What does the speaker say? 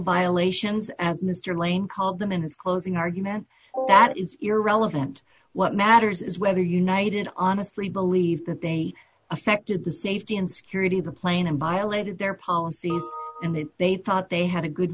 violations as mr lane called them in his closing argument that is irrelevant what matters is whether united honestly believed that they affected the safety and security of the plane and violated their policies and if they thought they had a good